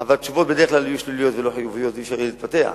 אבל התשובות בדרך כלל יהיו שליליות ולא חיוביות ולא יהיה אפשר להתפתח.